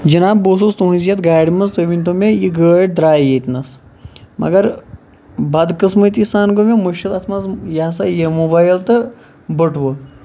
جِناب بہٕ اوسُس تُہنز یَتھ گاڑِ منٛز تُہۍ ؤنۍ تو مےٚ یہِ گٲڑۍ درٛایہِ ییٚتہِ نَس مَگر بَدقٕسمَتی سان گوٚو مےٚ مٔشیٖد اَتھ منٛز یہِ سا یہِ موبایل تہٕ بٔٹوٕ